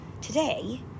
Today